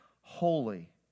holy